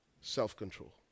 self-control